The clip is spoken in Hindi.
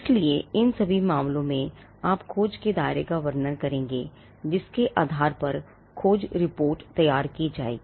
इसलिए इन सभी मामलों में आप खोज के दायरे का वर्णन करेंगे जिसके आधार पर खोज रिपोर्ट तैयार की जाएगी